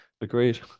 agreed